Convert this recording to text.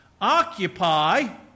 Occupy